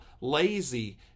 lazy